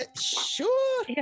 sure